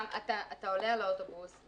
אתה עולה על האוטובוס,